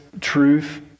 truth